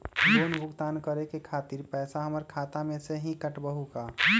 Loan भुगतान करे के खातिर पैसा हमर खाता में से ही काटबहु का?